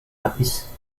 habis